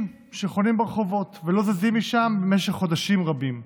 שחונים ברחובות ולא זזים משם במשך חודשים רבים.